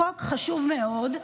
חוק חשוב מאוד,